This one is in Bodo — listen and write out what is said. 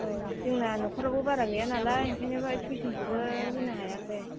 औ जोंना नखरावबो बारा गैया नालाय ओंखायनो थिउसनखौबो होनो हायाखै